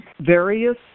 various